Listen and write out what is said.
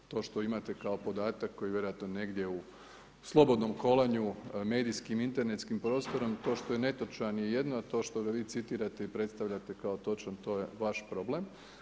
To što imate kao podatak koji vjerojatno negdje u slobodnom kolanju medijskim, internetskim prostorom to što je netočan je jedno, a to što ga vi citirate i predstavljate kao točno, to je vaš problem.